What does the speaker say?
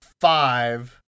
five